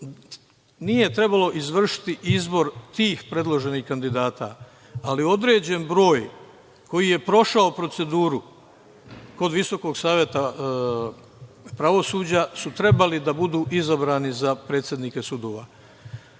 nije trebalo izvršiti izbor tih predloženih kandidata, ali određen broj koji je prošao proceduru kod Visokog saveta pravosuđa su trebali da budu izabrani za predsednike sudova.U